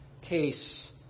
case